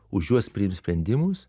už juos priims sprendimus